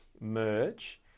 merge